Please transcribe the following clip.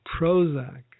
Prozac